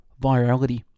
virality